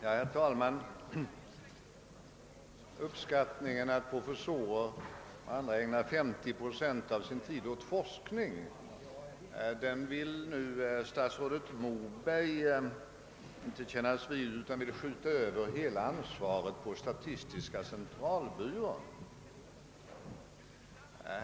Herr talman! Uppskattningen att professorer och andra universitetslärare ägnar 50 procent av sin tid åt forskning vill statsrådet Moberg inte kännas vid, utan han vill skjuta över hela ansvaret på statistiska centralbyrån.